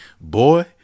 boy